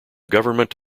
government